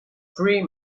three